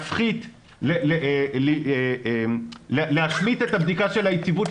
ל --- את הבדיקה של היציבות,